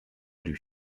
lui